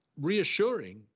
reassuring